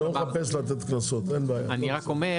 אני לא מחפש לתת קנסות, אין בעיה, הכול בסדר.